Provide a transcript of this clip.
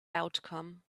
outcome